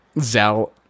Zal